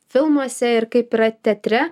filmuose ir kaip yra teatre